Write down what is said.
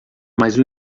mas